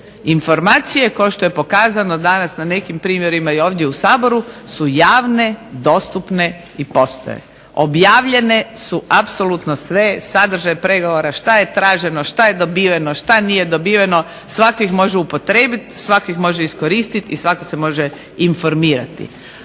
informacije kao što je pokazano danas na nekim primjerima i ovdje u Saboru su javne, dostupne i postoje. Objavljenje su apsolutno sve, sadržaj pregovora, što je traženo, što je dobiveno, što nije dobiveno. Svatko ih može upotrijebiti, svatko ih može iskoristiti i svatko se može informirati.